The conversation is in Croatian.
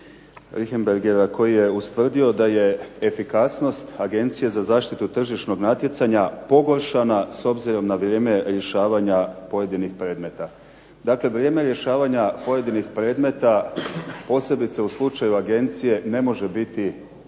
Richembergha, koji je ustvrdio da je efikasnost Agencije za zaštitu tržišnog natjecanja pogoršana, s obzirom na vrijeme rješavanja pojedinih predmeta. Dakle vrijeme rješavanja pojedinih predmeta posebice u slučaju agencije ne može biti